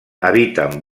habiten